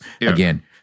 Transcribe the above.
again